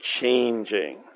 changing